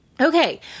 Okay